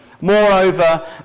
Moreover